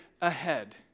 ahead